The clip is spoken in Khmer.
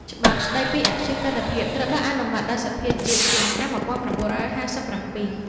ច្បាប់ស្តីពីអព្យាក្រឹតភាពត្រូវបានអនុម័តដោយសភាជាតិក្នុងឆ្នាំ ១៩៥៧។